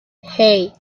hey